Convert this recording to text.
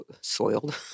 soiled